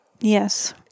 Yes